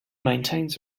maintains